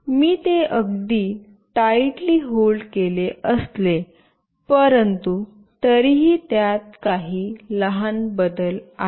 मी ते अगदी tightly held केले असले परंतु तरीही त्यात काही लहान बदल आहेत